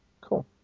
Cool